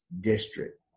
district